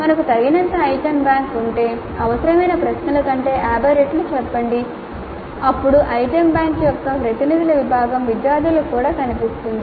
మనకు తగినంత item bank ఉంటే అవసరమైన ప్రశ్నల కంటే 50 రెట్లు చెప్పండి అప్పుడు ఐటెమ్ బ్యాంక్ యొక్క ప్రతినిధుల విభాగం విద్యార్థులకు కూడా కనిపిస్తుంది